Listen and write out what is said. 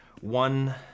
one